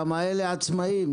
אלה עצמאים,